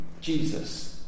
Jesus